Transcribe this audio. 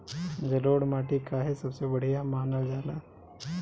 जलोड़ माटी काहे सबसे बढ़िया मानल जाला?